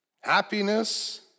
happiness